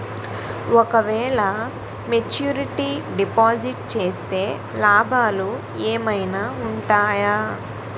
ఓ క వేల maturity deposit చేస్తే లాభాలు ఏమైనా ఉంటాయా?